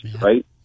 right